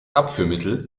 abführmittel